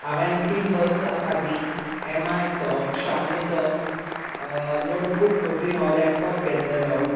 हांवेन तीन वर्सां आदीं एमआयचो शावमिचो नोटबूक फोटीन हो लॅपटॉप घेतलेलो